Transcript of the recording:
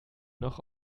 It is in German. noch